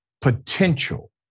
potential